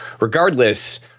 Regardless